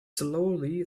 slowly